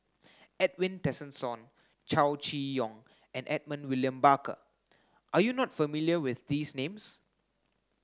Edwin Tessensohn Chow Chee Yong and Edmund William Barker are you not familiar with these names